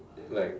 like